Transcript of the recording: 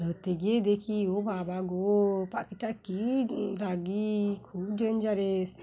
ধরতে গিয়ে দেখি ও বাবা গো পাখিটা কী রাগি খুব ডেঞ্জারস